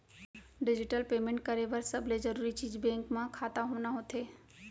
digital payment करे बर सबले जरूरी चीज बेंक म खाता होना होथे